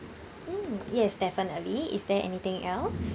mm yes definitely is there anything else